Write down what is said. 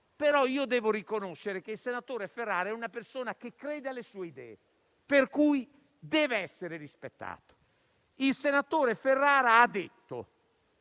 però devo riconoscere che è una persona che crede alle sue idee, per cui deve essere rispettato. Il senatore Ferrara ha detto